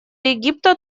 египта